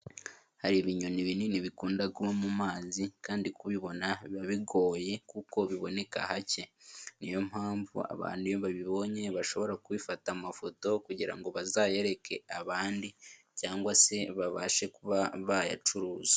Hari ibinyoni binini bikunda kuba mu mazi kandi kubibona biba bigoye kuko biboneka hake, niyo mpamvu abantu iyo babibonye bashobora kubifata amafoto kugira ngo bazayereke abandi cyangwa se babashe kuba bayacuruza.